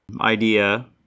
idea